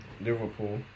Liverpool